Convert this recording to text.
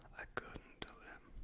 i couldn't do them.